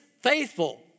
faithful